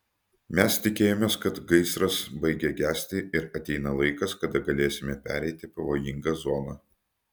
mes tikėjomės kad gaisras baigia gesti ir ateina laikas kada galėsime pereiti pavojingą zoną